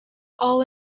all